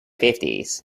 fifties